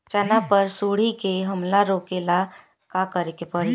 चना पर सुंडी के हमला रोके ला का करे के परी?